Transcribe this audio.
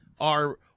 are-